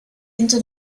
into